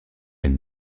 elle